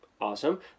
awesome